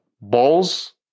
Balls